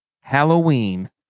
Halloween